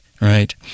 Right